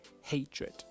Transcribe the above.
hatred